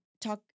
talk